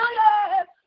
yes